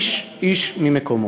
איש-איש ממקומו.